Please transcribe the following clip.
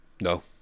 No